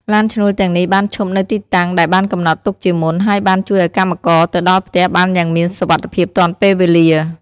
ឡានឈ្នួលទាំងនេះបានឈប់នៅទីតាំងដែលបានកំណត់ទុកជាមុន ហើយបានជួយឱ្យកម្មករទៅដល់ផ្ទះបានយ៉ាងមានសុវត្ថិភាពទាន់ពេលវេលា។